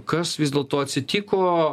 kas vis dėlto atsitiko